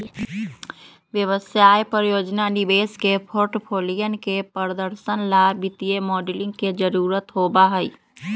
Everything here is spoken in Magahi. व्यवसाय, परियोजना, निवेश के पोर्टफोलियन के प्रदर्शन ला वित्तीय मॉडलिंग के जरुरत होबा हई